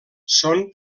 són